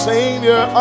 Savior